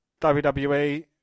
WWE